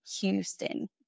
houston